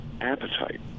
appetite